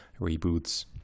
reboots